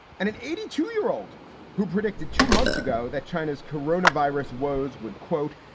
and an eighty two year old who predicted two months ago that china's corona virus woes would, quote,